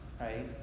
right